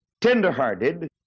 tenderhearted